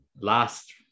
last